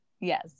yes